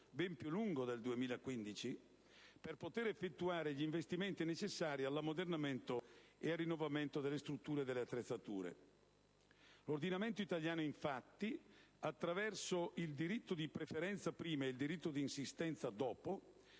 ben più lungo del 2015 - per poter effettuare gli investimenti necessari all'ammodernamento e al rinnovamento delle strutture e delle attrezzature. L'ordinamento italiano, infatti, attraverso il diritto di preferenza prima e il diritto di insistenza dopo,